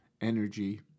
energy